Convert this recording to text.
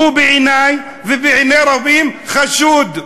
הוא בעיני ובעיני רבים חשוד.